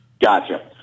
Gotcha